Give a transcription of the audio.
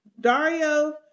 Dario